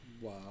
wow